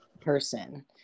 person